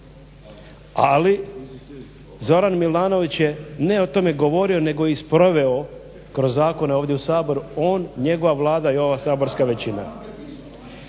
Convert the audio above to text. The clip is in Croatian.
ali Zoran Milanović je ne o tome govorio nego i sproveo kroz Zakone ovdje u Saboru, on njegova Vlada i ova saborska većina.